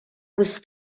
was